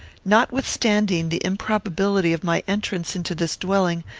notwithstanding the improbability of my entrance into this dwelling,